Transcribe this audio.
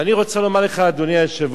ואני רוצה לומר לך, אדוני היושב-ראש,